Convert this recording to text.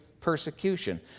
persecution